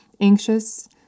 anxious